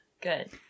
good